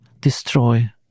destroy